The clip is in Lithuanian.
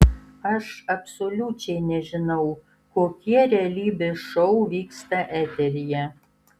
aš absoliučiai nežinau kokie realybės šou vyksta eteryje